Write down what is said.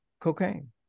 cocaine